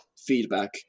feedback